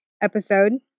episode